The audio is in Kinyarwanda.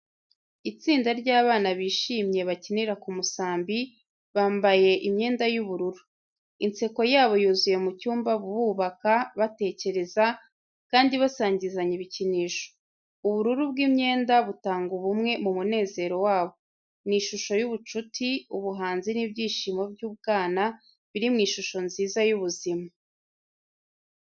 Itsinda ry'abana bishimye bakinira ku musambi, bambaye imyenda y’ubururu. Inseko yabo yuzuye mu cyumba bubaka, batekereza kandi basangizanya ibikinisho. Ubururu bw’imyenda butanga ubumwe mu munezero wabo. Ni ishusho y’ubucuti, ubuhanzi n’ibyishimo by’ubwana biri mu ishusho nziza y’ubuzima.